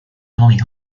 tony